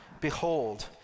behold